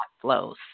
flows